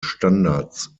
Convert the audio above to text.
standards